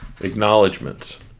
Acknowledgements